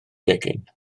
gegin